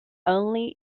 only